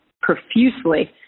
profusely